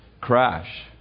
crash